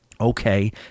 Okay